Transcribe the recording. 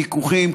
ויכוחים.